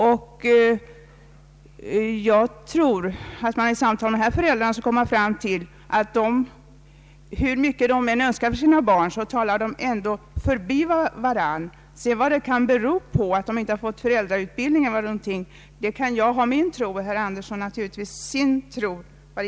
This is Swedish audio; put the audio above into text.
Vid samtal med de demonstrerande föräldrarna kom jag fram till att hur mycket de än önskar göra för sina barn talar föräldrar och barn förbi varandra. Huruvida det beror på att föräldrautbildning inte har funnits kan jag ha min tro om och herr Andersson naturligtvis sin.